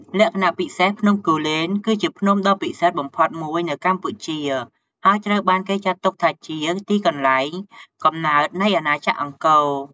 លក្ខណៈពិសេស ភ្នំគូលែនគឺជាភ្នំដ៏ពិសិដ្ឋបំផុតមួយនៅកម្ពុជា ហើយត្រូវបានគេចាត់ទុកថាជា ទីកន្លែងកំណើតនៃអាណាចក្រអង្គរ។